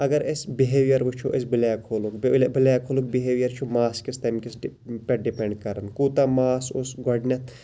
اَگَر أسۍ بِہیویر وٕچھو أسۍ بٕلیک ہولُک بٕلیک ہولُک بِہیویر چھُ ماس کِس تمہِ کِس پٮ۪ٹھ ڈِپینٛڈ کَران کوٗتاہ ماس اوس گۄڈٕنیٚتھ